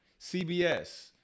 CBS